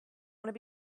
want